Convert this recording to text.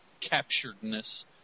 capturedness